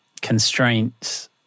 constraints